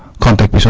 contact